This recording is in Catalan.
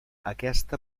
aquesta